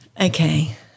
Okay